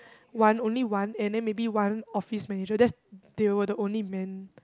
one only one and then maybe one office manager that's they were the only men